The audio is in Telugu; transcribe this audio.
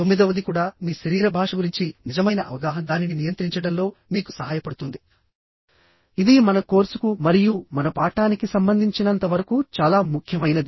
తొమ్మిదవది కూడా మీ శరీర భాష గురించి నిజమైన అవగాహన దానిని నియంత్రించడంలో మీకు సహాయపడుతుంది ఇది మన కోర్సుకు మరియు మన పాఠానికి సంబంధించినంతవరకు చాలా ముఖ్యమైనది